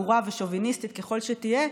בורה ושוביניסטית ככל שתהא,